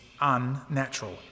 unnatural